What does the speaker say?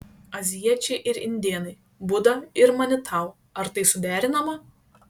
azijiečiai ir indėnai buda ir manitou ar tai suderinama